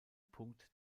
punkt